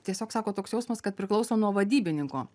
tiesiog sako toks jausmas kad priklauso nuo vadybininko